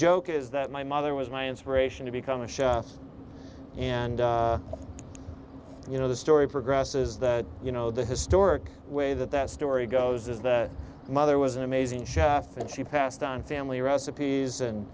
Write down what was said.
joke is that my mother was my inspiration to become a chef and you know the story progress is that you know the historic way that that story goes is that mother was an amazing show off and she passed on family recipes and